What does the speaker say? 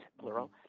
plural